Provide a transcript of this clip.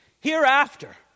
Hereafter